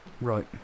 Right